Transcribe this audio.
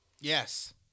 Yes